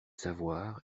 savoir